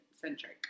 centric